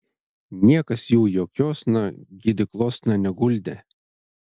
niekas jų jokiosna gydyklosna neguldė